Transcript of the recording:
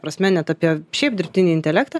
prasme net apie šiaip dirbtinį intelektą